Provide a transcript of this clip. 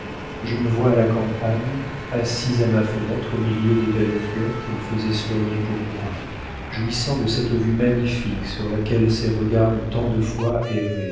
je me vois à la campagne assise à ma fenêtre au milieu des belles fleurs qu'il faisait soigner pour moi jouissant de cette vue magnifique sur laquelle ses regards ont tant de fois erré